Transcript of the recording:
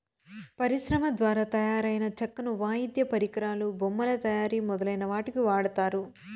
పరిశ్రమల ద్వారా తయారైన చెక్కను వాయిద్య పరికరాలు, బొమ్మల తయారీ మొదలైన వాటికి వాడతారు